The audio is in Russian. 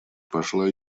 пошла